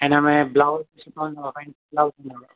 हिन में blouse chiffon अथव